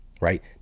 right